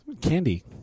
Candy